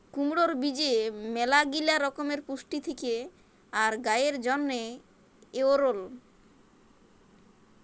কুমড়র বীজে ম্যালাগিলা রকমের পুষ্টি থেক্যে আর গায়ের জন্হে এঔরল